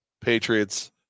Patriots